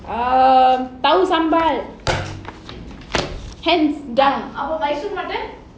um sambar அப்போ மட்டன்:sambar appo matton hands down